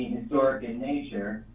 historic in nature,